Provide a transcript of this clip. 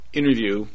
interview